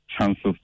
chances